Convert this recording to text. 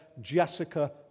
Jessica